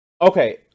Okay